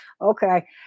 okay